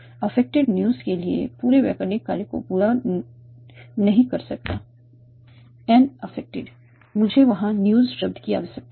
affected news के लिए पूरे व्याकरणिक कार्य को पूरा नहीं कर सकता एन अफेक्टेड मुझे वहां न्यूज़ शब्द की आवश्यकता है